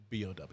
BOW